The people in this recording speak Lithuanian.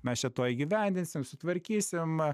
mes čia tuoj įgyvendinsim sutvarkysim